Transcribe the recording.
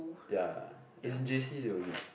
ya as in J_C they will need